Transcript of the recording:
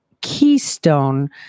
Keystone